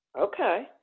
okay